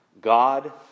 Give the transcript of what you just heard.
God